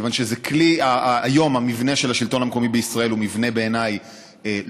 כי היום המבנה של השלטון המקומי בישראל הוא בעיניי מבנה